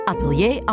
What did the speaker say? Atelier